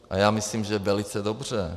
A já myslím, že velice dobře.